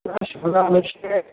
प्रायश तदावश्ये